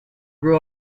grew